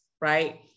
right